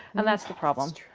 and that's the problem.